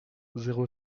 zéro